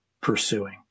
pursuing